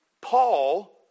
Paul